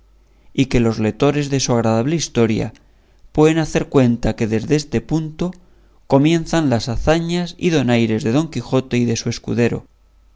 y que los letores de su agradable historia pueden hacer cuenta que desde este punto comienzan las hazañas y donaires de don quijote y de su escudero